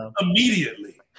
Immediately